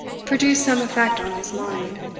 produced some effect on his mind.